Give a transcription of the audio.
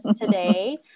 today